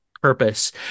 Purpose